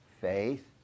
faith